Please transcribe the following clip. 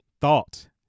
thought